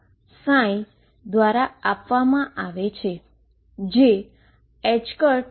જે દ્વારા આપવામાં આવે છે